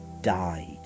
died